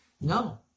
no